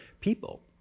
people